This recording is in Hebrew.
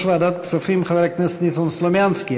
ועדת הכספים חבר הכנסת ניסן סלומינסקי.